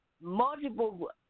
multiple